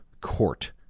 court